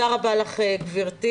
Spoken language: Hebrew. תודה רבה לך גבירתי,